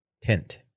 Tent